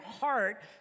heart